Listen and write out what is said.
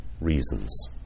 reasons